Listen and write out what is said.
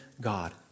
God